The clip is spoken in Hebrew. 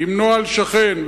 עם נוהל שכן,